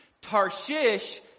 Tarshish